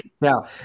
now